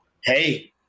Hey